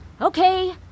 Okay